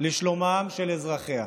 לשלומם של אזרחיה.